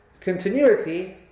continuity